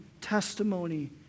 testimony